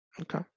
Okay